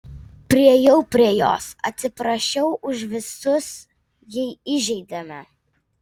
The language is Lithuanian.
priėjau prie jos atsiprašiau už visus jei įžeidėme